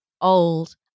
old